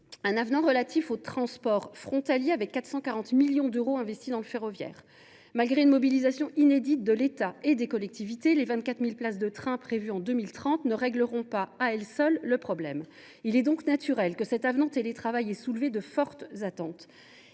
un avenant relatif aux transports transfrontaliers, avec 440 millions d’euros investis dans le ferroviaire. Malgré une mobilisation inédite de l’État et des collectivités, les 24 000 places de train prévues en 2030 ne régleront pas le problème à elles seules. Il est donc naturel que cet avenant relatif au télétravail ait soulevé de fortes attentes.